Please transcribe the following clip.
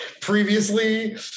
Previously